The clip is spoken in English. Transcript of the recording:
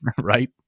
right